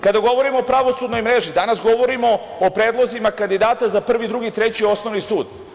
Kada govorimo o pravosudnoj mreži danas govorimo o predlozima kandidata za Prvi, Drugi i Treći Osnovni sud.